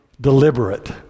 deliberate